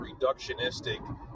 reductionistic